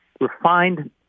refined